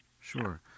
Sure